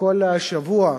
שבכל שבוע